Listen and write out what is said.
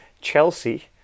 Chelsea